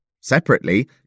Separately